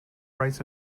rights